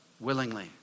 Willingly